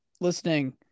listening